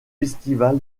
festival